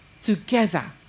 Together